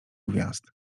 gwiazd